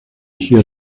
hear